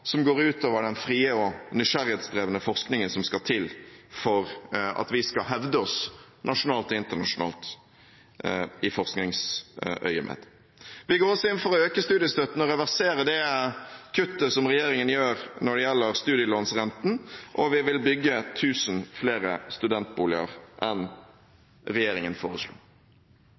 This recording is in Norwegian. som går ut over den frie og nysgjerrighetsdrevne forskningen som skal til for at vi skal hevde oss nasjonalt og internasjonalt i forskningsøyemed. Vi går også inn for å øke studiestøtten og reversere det kuttet som regjeringen gjør når det gjelder studielånsrenten, og vi vil bygge 1 000 flere studentboliger enn regjeringen foreslo.